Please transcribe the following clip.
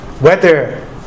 weather